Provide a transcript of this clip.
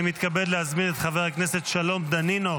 אני מתכבד להזמין את חבר הכנסת שלום דנינו,